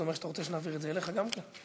זה אומר שאתה רוצה שנעביר את זה אליך גם כן?